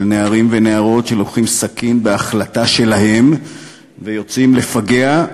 של נערים ונערות שלוקחים סכין בהחלטה שלהם ויוצאים לפגע,